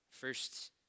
first